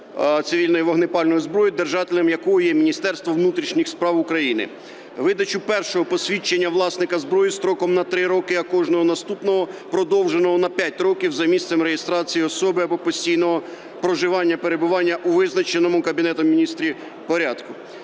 цивільної вогнепальної зброї, держателем якої є Міністерство внутрішніх справ України; видача першого посвідчення власника зброї строком на 3 роки, а кожного наступного продовженого на 5 років, за місцем реєстрації особи або постійного проживання (перебування) у визначеному Кабінетом Міністрів порядку;